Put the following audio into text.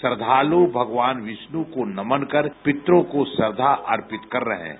श्रद्धालु भगवान विष्णु को नमन कर पितरो को श्रद्धा अर्पित कर रहे हैं